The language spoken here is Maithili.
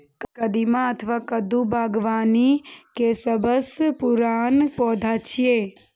कदीमा अथवा कद्दू बागबानी के सबसं पुरान पौधा छियै